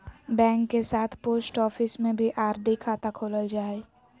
bank के साथ post office में भी आर.डी खाता खोलल जा हइ